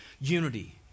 unity